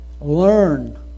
Learn